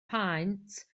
paent